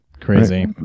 Crazy